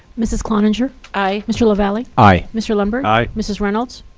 mrs. cloninger. aye. mr. lavalley. aye. mr. lundberg. aye. mrs. reynolds.